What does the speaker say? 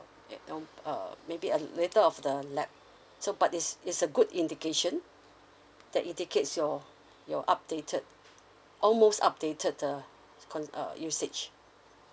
eh know err maybe a little of the late so but is is a good indication that indicates your your updated almost updated err cons~ err usage